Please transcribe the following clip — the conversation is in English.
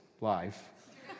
life